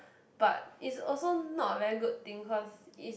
but is also not a very good thing cause is